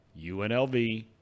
UNLV